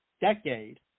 decade